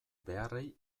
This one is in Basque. beharrei